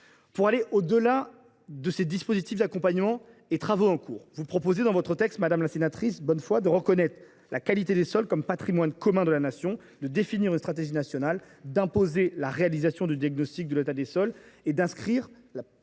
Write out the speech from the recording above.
Pour aller au delà de ces dispositifs d’accompagnement et des travaux en cours, vous proposez par votre texte, madame la sénatrice Bonnefoy, de reconnaître la qualité des sols comme patrimoine commun de la Nation, de définir une stratégie nationale, d’imposer la réalisation de diagnostics de l’état des sols et d’inscrire la